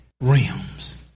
realms